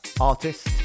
artist